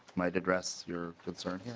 might address your concern.